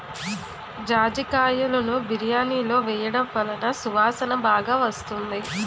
జాజికాయలును బిర్యానిలో వేయడం వలన సువాసన బాగా వస్తుంది